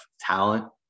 talent